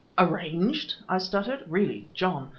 arranged! i stuttered. really, john,